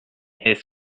est